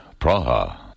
Praha